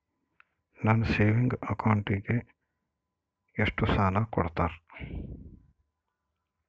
ನನ್ನ ಸೇವಿಂಗ್ ಅಕೌಂಟಿಗೆ ಎಷ್ಟು ಸಾಲ ಕೊಡ್ತಾರ?